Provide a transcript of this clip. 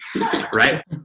right